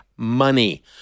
money